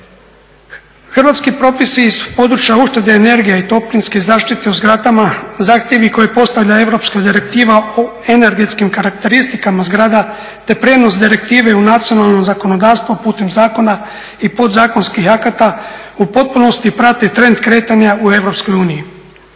Hrvatski propisi iz područja uštede energije i toplinske zaštite u zgradama, zahtjevi koje postavlja Europska direktiva o energetskim karakteristikama zgrada, te prijenos direktive u nacionalno zakonodavstvo putem zakona i podzakonskih akata u potpunosti prati trend kretanja u EU.